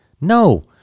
no